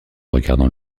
regardant